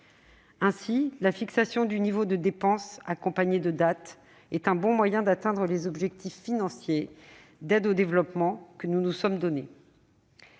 Ainsi, la fixation du niveau de dépenses, accompagnée de dates, est un bon moyen d'atteindre les objectifs financiers d'aide au développement que nous nous sommes donnés.